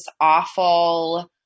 awful